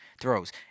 throws